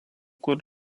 kur